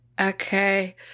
okay